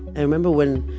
i remember when,